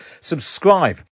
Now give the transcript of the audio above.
subscribe